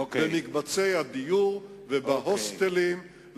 במקבצי דיור ובהוסטלים,